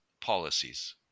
policies